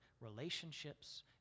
relationships